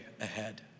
ahead